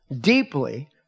deeply